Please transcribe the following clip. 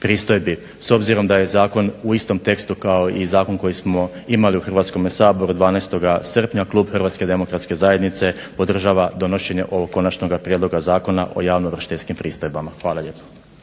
pristojbi. S obzirom da je zakon u istom tekstu kao i zakon koji smo imali u Hrvatskome saboru 12. srpnja klub HDZ-a podržava donošenje ovog konačnoga prijedloga Zakona o javnoovršiteljskim pristojbama. Hvala lijepo.